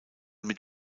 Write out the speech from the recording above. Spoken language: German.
mit